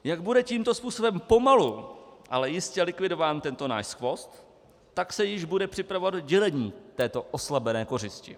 Jak bude tímto způsobem pomalu ale jistě likvidován tento náš skvost, tak se již bude připravovat dělení této oslabené kořisti.